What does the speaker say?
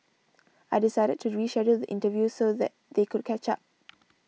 I decided to reschedule the interview so that they could catch up